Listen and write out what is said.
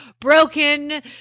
broken